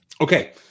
okay